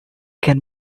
can